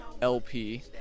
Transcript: LP